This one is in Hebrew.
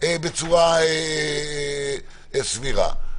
בצורה סבירה.